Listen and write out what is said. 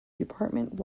department